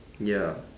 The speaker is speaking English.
ya